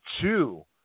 two